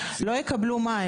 לא יקבלו מים.